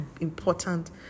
important